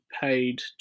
paid